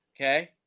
Okay